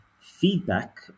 feedback